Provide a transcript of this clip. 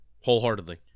wholeheartedly